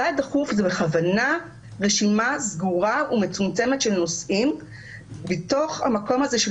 סעד דחוף זה בכוונה רשימה סגורה ומצומצמת של נושאים בתוך המקום הזה של